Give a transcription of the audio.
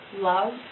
love